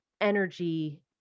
energy